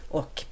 och